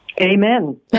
Amen